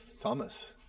Thomas